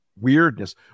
weirdness